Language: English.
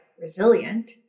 resilient